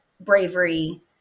bravery